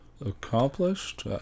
Accomplished